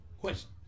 Question